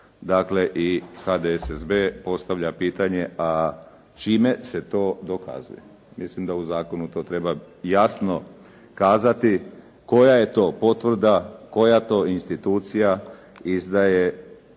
dakle, i HDSSB postavlja pitanje a čime se to dokazuje. Mislim da u zakonu to treba jasno kazati koja je to potvrda, koja to institucija izdaje